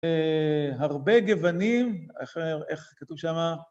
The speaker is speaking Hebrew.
הרבה גוונים, איך כתוב שם?